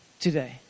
today